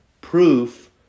proof